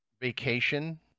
vacation